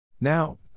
Now